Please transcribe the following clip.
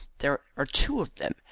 there are two of them,